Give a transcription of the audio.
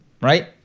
right